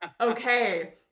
Okay